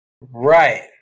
Right